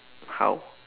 how